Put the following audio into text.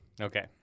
Okay